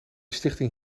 stichting